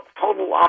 total